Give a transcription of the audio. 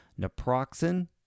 naproxen